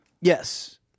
Yes